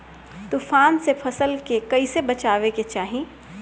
तुफान से फसल के कइसे बचावे के चाहीं?